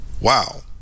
wow